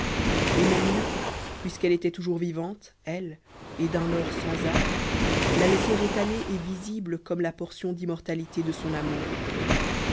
aimant mieux puisqu'elle était toujours vivante elle et d'un or sans âge la laisser étalée et visible comme la portion d'immortalité de son amour